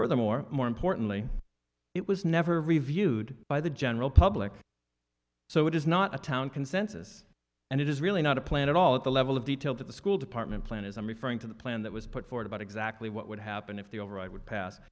for them or more importantly it was never reviewed by the general public so it is not a town consensus and it is really not a plan at all at the level of detail that the school department plan is i'm referring to the plan that was put forward about exactly what would happen if the over i would pass